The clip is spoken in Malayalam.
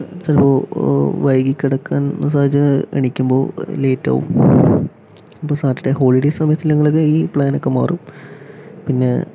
ചിലപ്പോൾ വൈകി കിടക്കാൻ എണീക്കുമ്പോൾ ലെയ്റ്റാകും അപ്പോൾ സാറ്റർഡേ ഹോളിഡേ സമയത്തിലാണെങ്കിൽ ഈ പ്ലാനൊക്കെ മാറും പിന്നെ